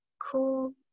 cool